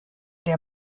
der